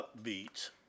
upbeat